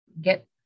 get